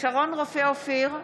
שרון רופא אופיר,